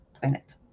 planet